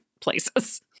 places